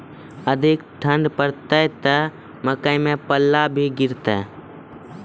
अधिक ठंड पर पड़तैत मकई मां पल्ला भी गिरते?